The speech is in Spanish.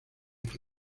que